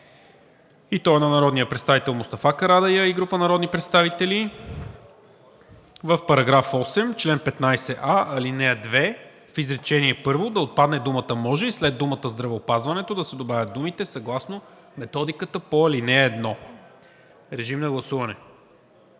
и то е на народния представител Мустафа Карадайъ и група народни представители: „В § 8, чл. 15а, ал. 2 в изречение първо да отпадне думата „може“ и след думата „здравеопазването“ да се добавят думите „съгласно методиката по ал. 1“.“ Гласували